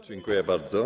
Dziękuję bardzo.